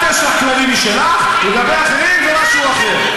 את, יש לך כללים משלך, לגבי אחרים, זה משהו אחר.